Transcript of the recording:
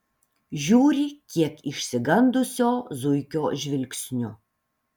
žiūri kiek išsigandusio zuikio žvilgsniu